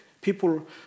people